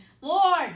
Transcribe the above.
Lord